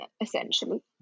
essentially